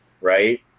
right